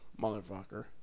motherfucker